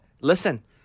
Listen